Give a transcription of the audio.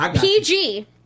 PG